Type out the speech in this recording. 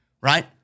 right